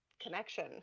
Connection